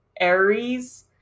Aries